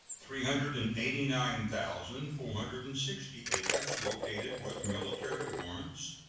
three hundred and eighty nine thousand four hundred and sixty acres located with military warrants,